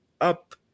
up